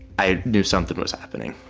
i knew something was happening.